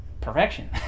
perfection